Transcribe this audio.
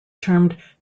termed